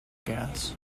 gas